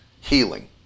healing